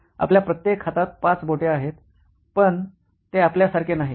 आपल्या प्रत्येक हातात पाच बोट आहेत पण ते आपल्यासारखे नाहीत